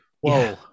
Whoa